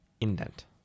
indent